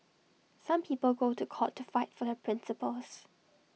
some people go to court to fight for their principles